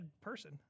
person